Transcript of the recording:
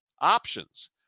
options